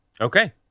Okay